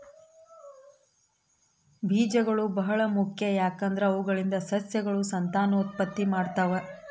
ಬೀಜಗಳು ಬಹಳ ಮುಖ್ಯ, ಯಾಕಂದ್ರೆ ಅವುಗಳಿಂದ ಸಸ್ಯಗಳು ಸಂತಾನೋತ್ಪತ್ತಿ ಮಾಡ್ತಾವ